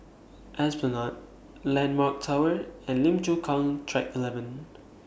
Esplanade Landmark Tower and Lim Chu Kang Track eleven